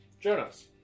Jonas